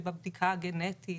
שבבדיקה הגנטית,